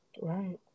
right